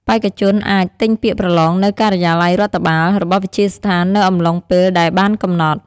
បេក្ខជនអាច ទិញពាក្យប្រឡងនៅការិយាល័យរដ្ឋបាល របស់វិទ្យាស្ថាននៅអំឡុងពេលដែលបានកំណត់។